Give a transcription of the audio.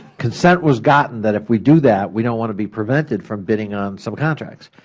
consent was gotten that if we do that, we donot want to be prevented from bidding on some contracts.